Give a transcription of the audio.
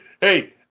Hey